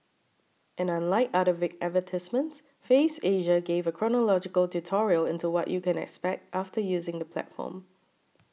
and unlike other vague advertisements Faves Asia gave a chronological tutorial into what you can expect after using the platform